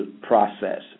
process